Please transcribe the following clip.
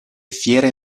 fiere